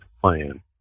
plan